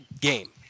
game